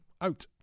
out